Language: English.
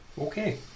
Okay